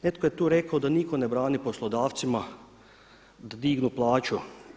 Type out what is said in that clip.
Netko je tu rekao da nitko ne brine poslodavcima da dignu plaću.